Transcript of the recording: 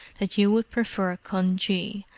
that you would prefer cunjee,